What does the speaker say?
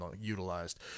utilized